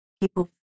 people